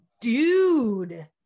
dude